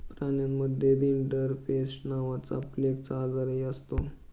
प्राण्यांमध्ये रिंडरपेस्ट नावाचा प्लेगचा आजारही असतो